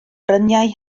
bryniau